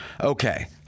Okay